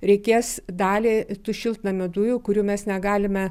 reikės dalį tų šiltnamio dujų kurių mes negalime